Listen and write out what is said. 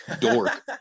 dork